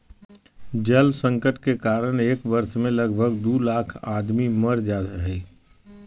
जल संकट के कारण एक वर्ष मे लगभग दू लाख आदमी मर जा हय